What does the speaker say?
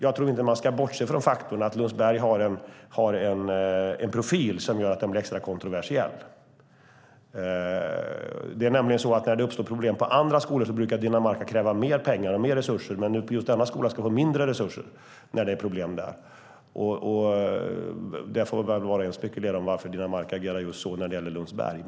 Jag tror inte att man ska bortse från faktorn att Lundsberg har en profil som gör att den blir extra kontroversiell. När det uppstår problem på andra skolor brukar nämligen Dinamarca kräva mer pengar och mer resurser. Men just denna skola ska få mindre resurser när det är problem där. Var och en får väl spekulera i varför Dinamarca agerar just så när det gäller Lundsberg.